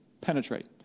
penetrate